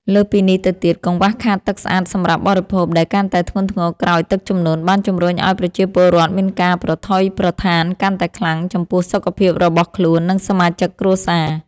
លើសពីនេះទៅទៀត កង្វះខាតទឹកស្អាតសម្រាប់បរិភោគដែលកាន់តែធ្ងន់ធ្ងរក្រោយទឹកជំនន់ បានជំរុញឱ្យប្រជាពលរដ្ឋមានការប្រថុយប្រថានកាន់តែខ្លាំងចំពោះសុខភាពរបស់ខ្លួន និងសមាជិកគ្រួសារ។